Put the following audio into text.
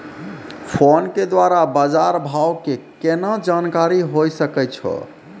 Phone के द्वारा बाज़ार भाव के केना जानकारी होय सकै छौ?